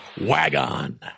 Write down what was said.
WagOn